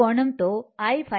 కోణంతో I ϕ